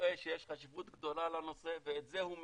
שרואה שיש חשיבות גדולה לנושא ואת זה הוא מקדם,